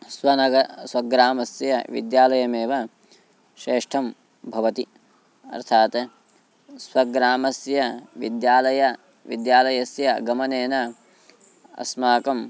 स्वनगरं स्वग्रामस्य विद्यालयमेव श्रेष्ठं भवति अर्थात् स्वग्रामस्य विद्यालयं विद्यालयस्य गमनेन अस्माकं